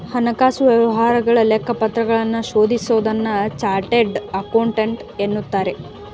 ಹಣಕಾಸು ವ್ಯವಹಾರಗಳ ಲೆಕ್ಕಪತ್ರಗಳನ್ನು ಶೋಧಿಸೋನ್ನ ಚಾರ್ಟೆಡ್ ಅಕೌಂಟೆಂಟ್ ಎನ್ನುತ್ತಾರೆ